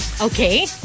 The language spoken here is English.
Okay